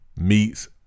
Meats